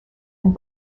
and